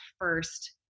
first